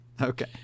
Okay